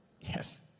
Yes